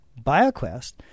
BioQuest